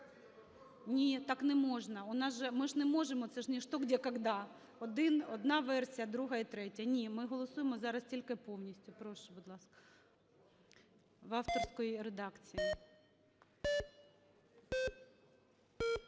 Ні, так не можна, ми ж не можемо, це ж не "Что? Где? Когда?" – одна версія, друга і третя. Ні, ми голосуємо зараз тільки повністю. Прошу, будь ласка, в авторській редакції.